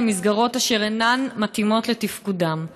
למסגרות אשר אינן מתאימות לתפקודם.